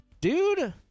Dude